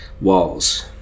walls